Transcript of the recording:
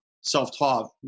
self-taught